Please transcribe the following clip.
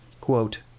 Quote